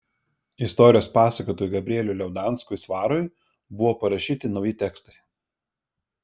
istorijos pasakotojui gabrieliui liaudanskui svarui buvo parašyti nauji tekstai